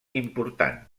important